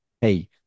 hey